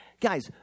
guys